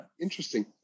Interesting